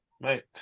Mate